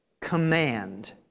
command